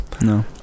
No